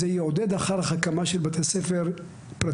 זה יעודד אחר כך הקמה של בתי ספר פרטיים.